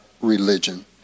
religion